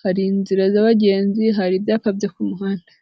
hari inzira z'abagenzi, hari ibyapa byo ku muhanda.